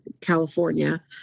California